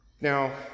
Now